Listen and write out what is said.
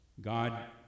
God